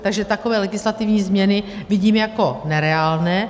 Takže takové legislativní změny vidím jako nereálné.